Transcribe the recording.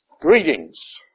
Greetings